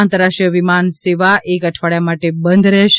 આંતરરાષ્ટ્રીય વિમાન સેવા એક અઠવાડીયા માટે બંધ રહેશે